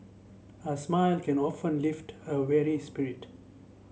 a smile can often lift a weary spirit